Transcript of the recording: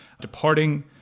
departing